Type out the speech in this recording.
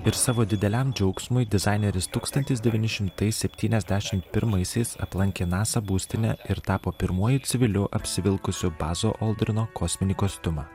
ir savo dideliam džiaugsmui dizaineris tūkstantis devyni šimtai septyniasdešim pirmaisiais aplankė nasa būstinę ir tapo pirmuoju civiliu apsivilkusiu bazo oldrino kosminį kostiumą